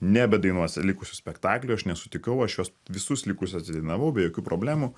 nebedainuosi likusių spektaklių aš nesutikau aš juos visus likusius atidainavau be jokių problemų